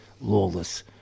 lawless